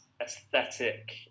aesthetic